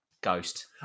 Ghost